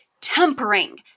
tempering